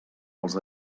els